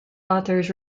authors